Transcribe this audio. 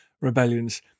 rebellions